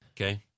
Okay